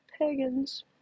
pagans